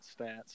stats